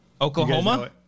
Oklahoma